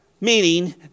Meaning